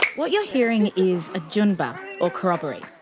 what you're hearing is a junba, or corroboree.